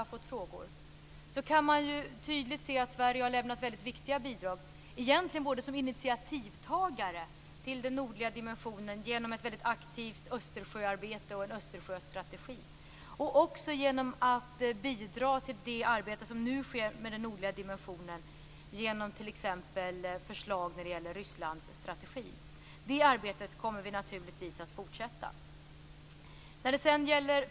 Sverige har lämnat väldigt viktiga bidrag i det sammanhanget. Sverige har både varit initiativtagare till den nordliga dimensionen genom ett väldigt aktivt Östersjöarbete och sin Östersjöstrategi och t.ex. genom förslag till en Rysslandsstrategi. Det arbetet kommer vi naturligtvis att fortsätta.